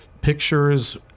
pictures